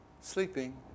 sleeping